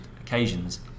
occasions